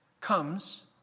comes